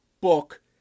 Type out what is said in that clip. book